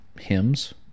Hymns